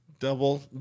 Double